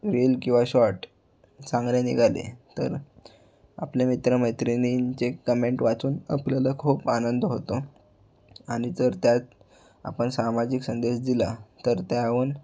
reel किंवा short चांगले निघाले तर आपल्या मित्रमैत्रिणींचे कमेंट वाचून आपल्याला खूप आनंद होतो आणि जर त्यात आपण सामाजिक संदेश दिला तर त्याहून